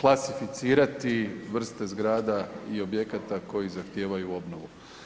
klasificirati vrste zgrada i objekata koje zahtijevaju obnovu.